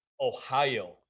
Ohio